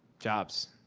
jobs.